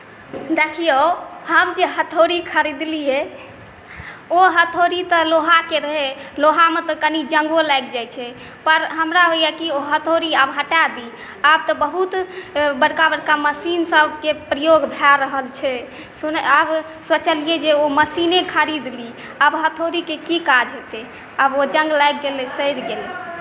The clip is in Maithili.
देखियौ हम जे हथौड़ी खरीदलियै ओ हथौड़ी तऽ लोहाके रहै लोहामे तऽ कनि जङ्गो लागि जाइत छै पर हमरा होइए कि ओ हथौड़ी आब हटा दी आब तऽ बहुत बड़का बड़का मशीन सभके प्रयोग भए रहल छै आब सोचलियै जे ओ मशीने खरीद ली आब हथौड़ीके की काज हेतै आब ओ जङ्ग लागि गेलै सड़ि गेलै